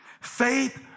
Faith